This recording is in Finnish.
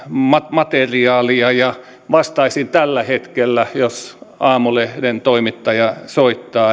materiaalia ja vastaisin tällä hetkellä jos aamulehden toimittaja soittaa